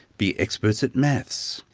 be experts at maths.